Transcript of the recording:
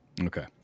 Okay